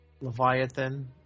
Leviathan